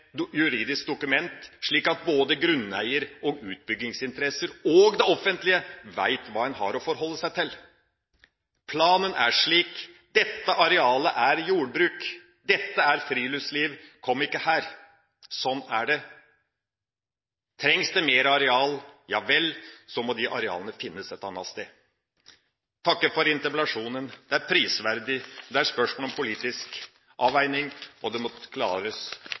juridisk dokument, slik at både grunneier og utbyggingsinteresser og det offentlige vet hva en har å forholde seg til. Planen er slik: Dette arealet er til jordbruk, dette er til friluftsliv – kom ikke her, sånn er det. Trengs det mer areal – ja vel, så må de arealene finnes et annet sted. Jeg takker for interpellasjonen. Det er prisverdig. Det er spørsmål om politisk avveining, og det